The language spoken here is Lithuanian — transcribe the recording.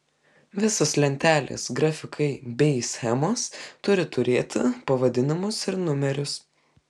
visos lentelės grafikai bei schemos turi turėti pavadinimus ir numerius